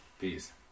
peace